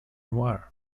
war